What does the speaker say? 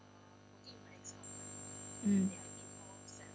mm